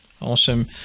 Awesome